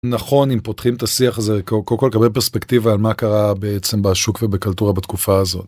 נכון אם פותחים את השיח הזה קודם כל קבל פרספקטיבה על מה קרה בעצם בשוק ובקלטורה בתקופה הזאת.